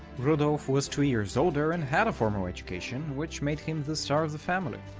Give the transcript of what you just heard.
rudolf was two years older and had formal education, which made him the star of the family.